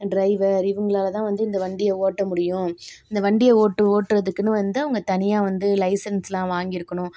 driver இவங்களால் தான் வந்து இந்த வண்டியை ஓட்ட முடியும் இந்த வண்டியை ஓட்ட ஓட்றதுக்குனே வந்து அவங்க தனியாக வந்து லைசன்ஸ்லாம் வாங்கி இருக்கணும்